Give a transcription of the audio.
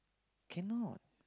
cannot